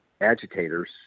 agitators